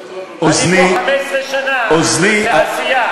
אני פה 15 שנה בעשייה.